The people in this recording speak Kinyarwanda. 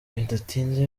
bidatinze